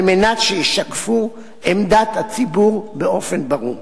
על מנת שישקפו את עמדת הציבור באופן ברור.